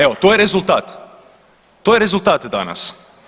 Evo to je rezultat, to je rezultat danas.